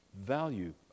value